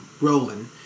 Roland